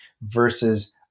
versus